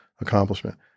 accomplishment